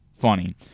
funny